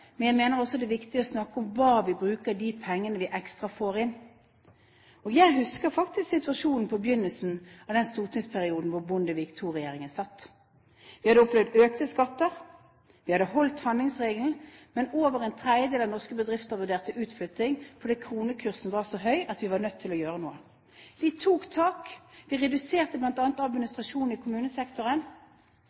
men jeg mener også det er viktig å snakke om hva vi bruker de pengene til som vi får inn ekstra. Jeg husker faktisk situasjonen på begynnelsen av den stortingsperioden da Bondevik II-regjeringen satt med makten. Vi hadde opplevd økte skatter, vi hadde holdt handlingsregelen, men over en tredjedel av norske bedrifter vurderte utflytting fordi kronekursen var så høy at vi var nødt til å gjøre noe. Vi tok tak. Vi reduserte bl.a. administrasjonen i kommunesektoren.